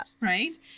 right